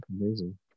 amazing